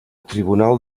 tribunal